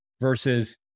versus